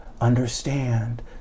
understand